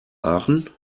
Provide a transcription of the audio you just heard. aachen